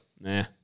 Nah